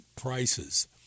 prices